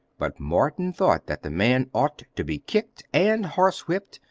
but morton thought that the man ought to be kicked and horsewhipped,